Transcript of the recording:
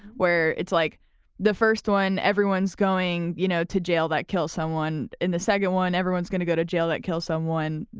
where it's like the first one, everyone's going you know to jail that kills someone. in the second one, everyone's going to go to jail that kills someone,